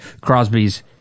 Crosby's